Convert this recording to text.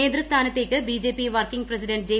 നേതൃസ്ഥാനത്തേക്ക് BJP working president J